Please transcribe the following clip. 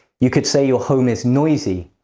you could say your home is noisy,